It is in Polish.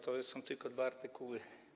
To są tylko dwa artykuły.